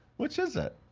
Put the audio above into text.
which is it?